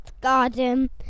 garden